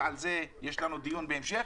ועל זה יש לנו דיון בהמשך